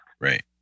Right